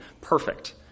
perfect